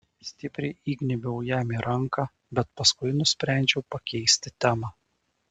stipriai įgnybiau jam į ranką bet paskui nusprendžiau pakeisti temą